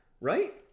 Right